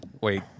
Wait